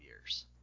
years